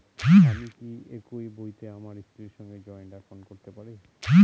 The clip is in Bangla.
আমি কি একই বইতে আমার স্ত্রীর সঙ্গে জয়েন্ট একাউন্ট করতে পারি?